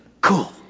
cool